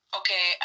okay